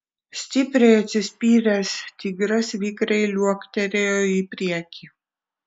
stipriai atsispyręs tigras vikriai liuoktelėjo į priekį